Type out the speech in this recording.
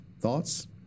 thoughts